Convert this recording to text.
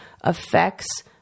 affects